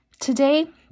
today